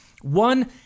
One